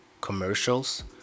commercials